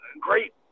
great